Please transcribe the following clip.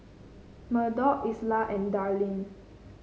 Murdock Isla and Darlyne